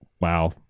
wow